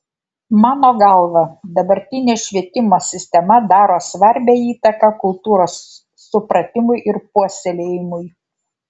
mano galva dabartinė švietimo sistema daro svarbią įtaką kultūros supratimui ir puoselėjimui